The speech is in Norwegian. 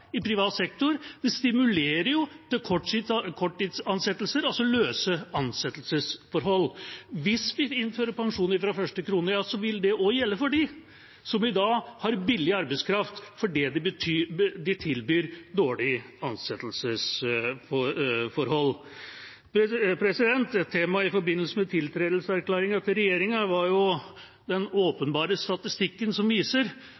i privat sektor, stimulerer til korttidsansettelser, altså løse ansettelsesforhold. Hvis vi innfører pensjon fra første krone, vil det også gjelde for dem som i dag har billig arbeidskraft, fordi de tilbyr dårlige ansettelsesforhold. Et tema i forbindelse med tiltredelseserklæringen til regjeringa var den åpenbare statistikken som viser